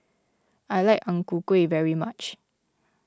I like Ang Ku Kueh very much